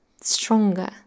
stronger